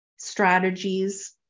strategies